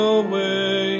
away